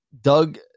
Doug